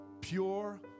pure